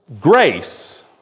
grace